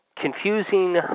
confusing